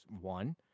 One